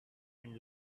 and